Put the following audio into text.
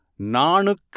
Nanuk